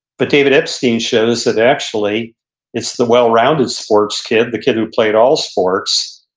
but david epstein shows that actually it's the well-rounded sports kid, the kid who played all sports,